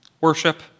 worship